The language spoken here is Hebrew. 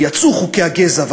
ויצאו חוקי הגזע,